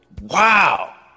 Wow